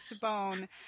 bone